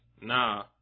nah